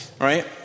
right